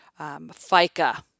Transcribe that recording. FICA